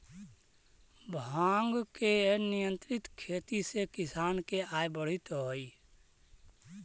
भाँग के नियंत्रित खेती से किसान के आय बढ़ित हइ